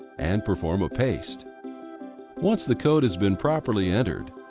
and perform a paste once the code has been properly entered.